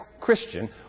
Christian